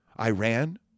Iran